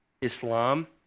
Islam